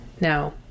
Now